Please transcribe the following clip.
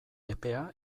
epea